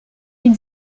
ils